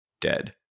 dead